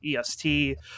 est